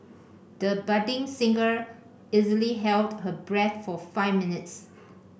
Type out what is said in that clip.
the budding singer easily held her breath for five minutes